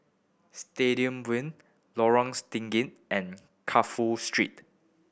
Stadium Boulevard Lorong Stangee and Crawford Street